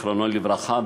זיכרונו לברכה,